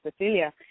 Cecilia